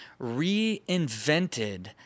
reinvented